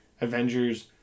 Avengers